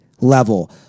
level